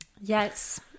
yes